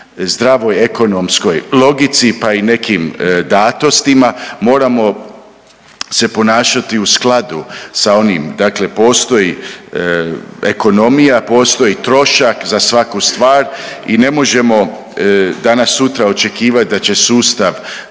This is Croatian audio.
zdravoj ekonomskoj logici, pa i nekim datostima, moramo se ponašati u skladu sa onim, dakle postoji ekonomija, postoji trošak za svaku stvar i ne možemo danas sutra očekivat da će sustav